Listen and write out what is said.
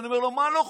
אומר לו: מה לא חוקי?